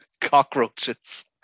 cockroaches